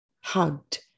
hugged